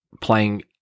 playing